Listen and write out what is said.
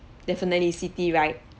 definitely siti right